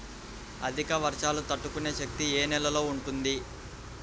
అధిక వర్షాలు తట్టుకునే శక్తి ఏ నేలలో ఉంటుంది?